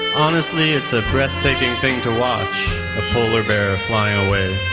honestly, it's a breathtaking thing to watch, a polar bear flying away.